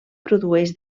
produeix